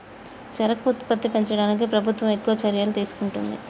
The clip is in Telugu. చెరుకు ఉత్పత్తి పెంచడానికి ప్రభుత్వం ఎక్కువ చర్యలు తీసుకుంటుంది